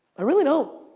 i really don't.